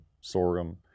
sorghum